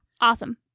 Awesome